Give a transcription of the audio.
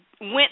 Went